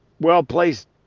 well-placed